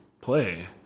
play